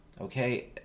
okay